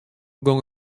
gong